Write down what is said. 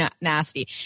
nasty